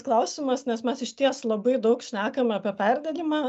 klausimas nes mes išties labai daug šnekam apie perdegimą